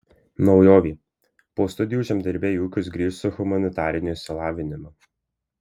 naujovė po studijų žemdirbiai į ūkius grįš su humanitariniu išsilavinimu